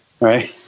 right